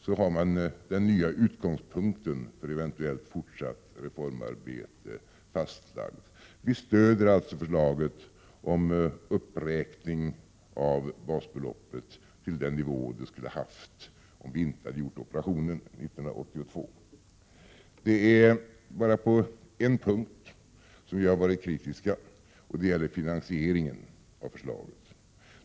Så har man den nya utgångspunkten för ett eventuellt fortsatt reformarbete fastlagd. Vi stödjer alltså förslaget om uppräkning av basbeloppet till den nivå det skulle ha haft om man inte hade gjort operationen 1982. Det är bara på en punkt som vi har varit kritiska, och det gäller finansieringen av förslaget.